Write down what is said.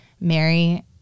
mary